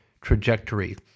trajectory